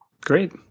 Great